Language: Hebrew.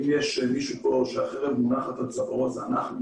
אם יש מישהו פה שהחרב מונחת על צווארו זה אנחנו.